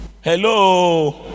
Hello